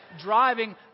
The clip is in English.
driving